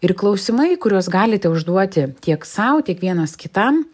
ir klausimai kuriuos galite užduoti tiek sau tiek vienas kitam